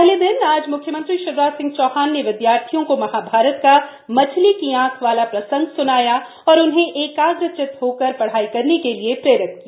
पहले दिन आज म्ख्यमंत्री शिवराज सिंह चौहान ने विद्यार्थियों को महाभारत का मछली की आंख वाला प्रसंग स्नाया और उन्हे एकाग्र चित्त होकर पढ़ाई के लिए प्रेरित किया